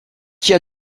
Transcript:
qui